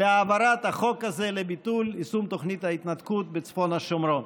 להעברת החוק הזה לביטול יישום תוכנית ההתנתקות בצפון השומרון,